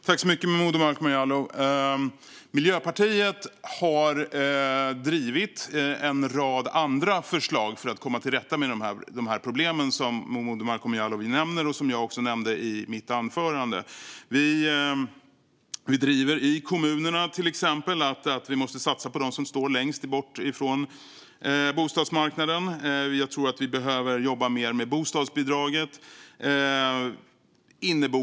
Herr talman! Miljöpartiet har drivit en rad andra förslag för att komma till rätta med de problem som Momodou Malcolm Jallow nämner och som också jag tog upp i mitt anförande. I till exempel kommunerna driver Miljöpartiet frågan om att man måste satsa på dem som står längst bort från bostadsmarknaden. Jag tror att man behöver jobba mer med bostadsbidraget.